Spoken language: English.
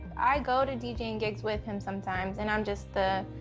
i go to deejaying gigs with him sometimes, and i'm just the,